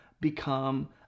become